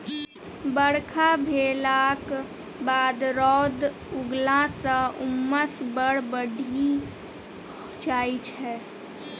बरखा भेलाक बाद रौद उगलाँ सँ उम्मस बड़ बढ़ि जाइ छै